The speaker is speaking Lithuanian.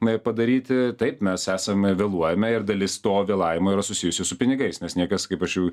na ir padaryti taip mes esame vėluojame ir dalis to vėlavimo yra susijusi su pinigais nes niekas kaip aš jau